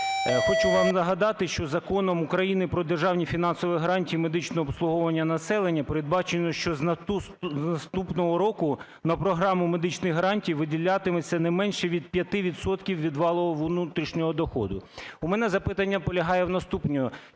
Хочу вам нагадати, що Законом України "Про державні фінансові гарантії медичного обслуговування населення" передбачено, що з наступного року на програму медичних гарантій виділятиметься не менше від 5 відсотків від валового внутрішнього доходу. У мене запитання полягає в наступному: